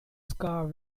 scar